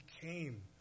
came